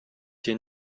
dir